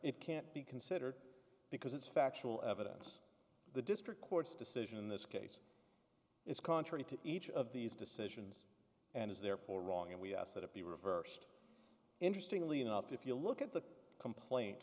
it can't be considered because it's factual evidence the district court's decision in this case is contrary to each of these decisions and is therefore wrong and we ask that it be reversed interestingly enough if you look at the complaint